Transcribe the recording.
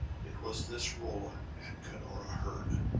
it was this rolla and cunora heard.